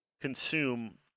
consume